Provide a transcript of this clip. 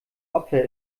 opfer